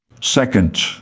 Second